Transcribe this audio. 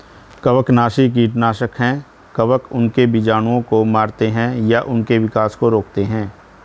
कवकनाशी कीटनाशक है कवक उनके बीजाणुओं को मारते है या उनके विकास को रोकते है